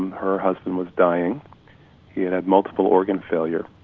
her husband was dying he had multiple organ failure